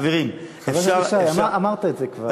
חברים, חבר הכנסת ישי, אמרת את זה כבר.